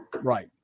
Right